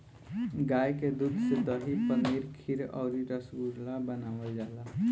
गाय के दूध से दही, पनीर खीर अउरी रसगुल्ला बनावल जाला